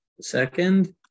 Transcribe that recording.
second